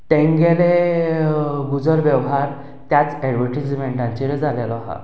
तांचे गुजर वेव्हार त्याच एडवरटीजमेंटाचेर जाल्लो आसा